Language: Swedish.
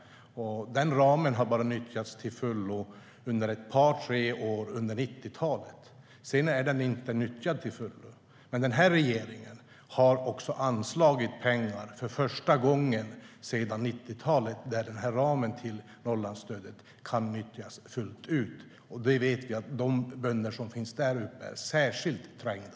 Ramen har bara nyttjats till fullo under ett par tre år under 90-talet. Sedan har den inte utnyttjats fullt ut. Men regeringen har, för första gången sedan 90-talet, anslagit pengar så att ramen kan nyttjas fullt ut. Vi vet att de bönder som finns där uppe är särskilt trängda.